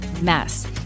mess